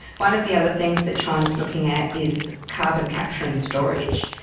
one of the other things that china is looking at is carbon capture and storage.